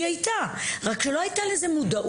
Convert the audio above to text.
היא הייתה, רק שלא הייתה לזה מודעות.